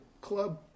club